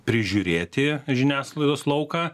prižiūrėti žiniasklaidos lauką